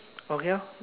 okay lor